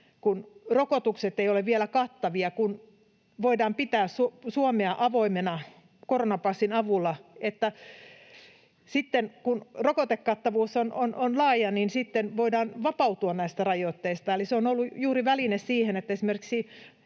kun rokotukset eivät ole vielä kattavia, kun voidaan pitää Suomea avoimena koronapassin avulla, niin että sitten, kun rokotekattavuus on laaja, voidaan vapautua näistä rajoitteista, eli se on ollut juuri väline siihen, että esimerkiksi